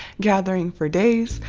gathering for days,